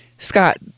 Scott